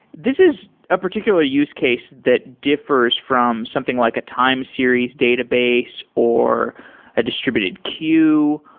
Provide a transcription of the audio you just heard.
this is a particular use case that differs from something like a time series database or a distributed queue.